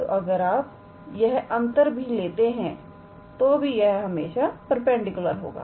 तो अगर आप यह अंतर भी लेते हैं तो भी यह हमेशा परपेंडिकुलर होगा